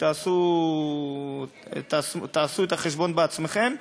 תעשו את החשבון בעצמכם.